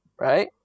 Right